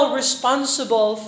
responsible